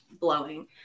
blowing